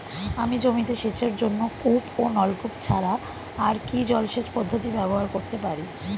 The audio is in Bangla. আমি জমিতে সেচের জন্য কূপ ও নলকূপ ছাড়া আর কি জলসেচ পদ্ধতি ব্যবহার করতে পারি?